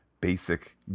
basic